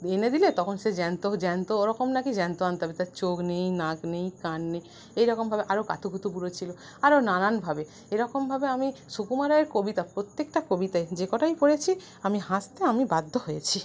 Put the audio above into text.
এনে দিলে তখন সে জ্যান্ত জ্যান্ত ওরকম না কি জ্যান্ত আনতে হবে তার চোখ নেই নাক নেই কান নেই এইরকমভাবে আরও কাতুকুতু বুড়ো ছিল আরও নানানভাবে এরকমভাবে আমি সুকুমার রায়ের কবিতা প্রত্যেকটা কবিতাই যেকটাই পড়েছি আমি হাসতে আমি বাধ্য হয়েছি